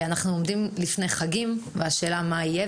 אנחנו עומדים לפני חגים והשאלה מה יהיה